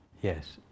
yes